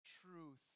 truth